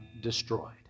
destroyed